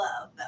Love